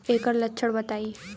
एकर लक्षण बताई?